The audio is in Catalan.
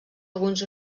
alguns